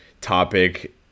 topic